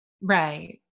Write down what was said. Right